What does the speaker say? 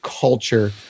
culture